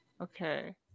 Okay